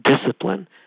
discipline